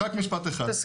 רק משפט אחד.